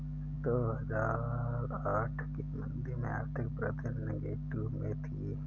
दो हजार आठ की मंदी में आर्थिक वृद्धि नेगेटिव में थी